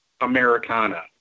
Americana